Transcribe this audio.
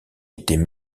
étaient